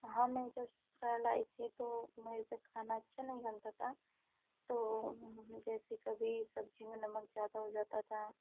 हाँ मैं जब सुसराल आई थी तो मेर पे खाना अच्छा नहीं बनता था तो जैसे कभी सब्जी में नमक ज़्यादा हो जाता था